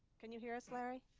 can you hear us, larry?